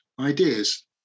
ideas